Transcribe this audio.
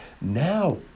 Now